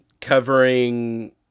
covering